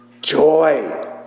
joy